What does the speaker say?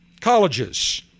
colleges